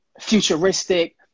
futuristic